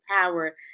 power